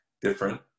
different